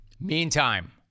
Meantime